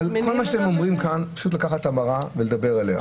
כל מה שאתם אומרים כאן זה פשוט לקחת את המראה ולדבר אליה.